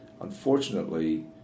unfortunately